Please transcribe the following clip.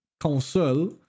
console